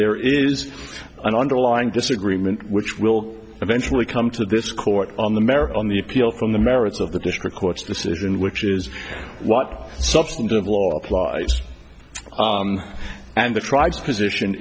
there is an underlying disagreement which will eventually come to this court on the merit on the appeal from the merits of the district court's decision which is what substantive law applies and the tribes position